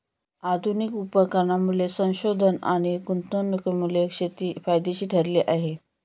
आधुनिक उपकरणांमध्ये संशोधन आणि गुंतवणुकीमुळे शेती फायदेशीर ठरली आहे